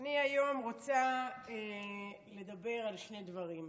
אני היום רוצה לדבר על שני דברים.